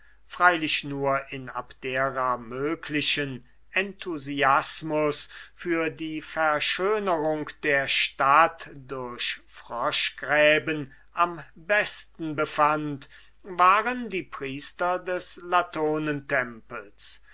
freilich nur in abdera möglichen enthusiasmus für die verschönerung der stadt durch froschgräben am besten befand waren die priester des